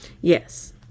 yes